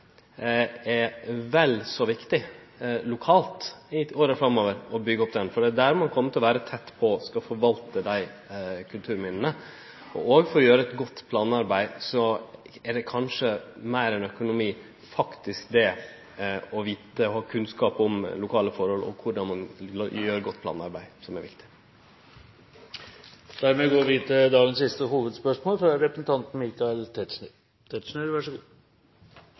er vel så viktig i åra framover å byggje han opp lokalt, for det er der ein vil kome til å vere tett på, og der ein skal forvalte kulturminna. For å gjere eit godt planarbeid er faktisk det å vite og ha kunnskap om lokale forhold kanskje viktigare enn økonomi. Vi går da til dagens siste hovedspørsmål. Mitt spørsmål er rettet til